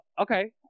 Okay